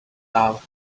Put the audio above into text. now